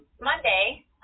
Monday